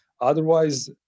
Otherwise